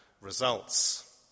results